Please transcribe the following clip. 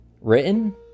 written